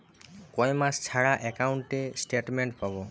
কয় মাস ছাড়া একাউন্টে স্টেটমেন্ট পাব?